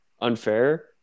unfair